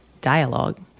dialogue